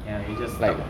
ya you just stuck